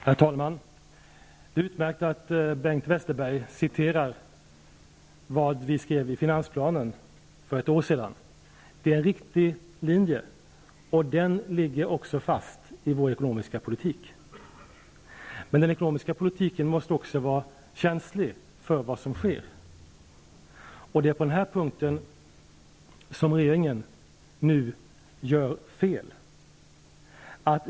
Herr talman! Det är utmärkt att Bengt Westerberg citerar vad vi skrev i finansplanen för ett år sedan. Det är en riktig linje, och den ligger fast i vår ekonomiska politik. Men den ekonomiska politiken måste också vara känslig för vad som sker. Det är på den punkten som regeringen nu gör fel.